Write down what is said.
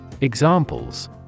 Examples